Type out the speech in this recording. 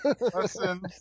Listen